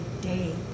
day